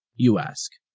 you ask.